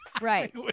Right